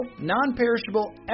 non-perishable